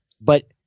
But-